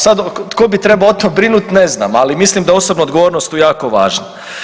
Sad tko bi trebao o tom brinut, ne znam, ali mislim da je osobna odgovornost tu jako važna.